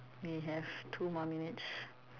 we have two more minutes